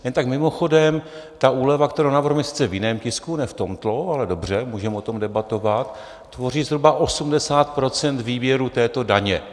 Jen tak mimochodem, ta úleva, kterou navrhujeme, je sice v jiném tisku, ne v tomto ale dobře, můžeme o tom debatovat tvoří zhruba 80 % výběru této daně.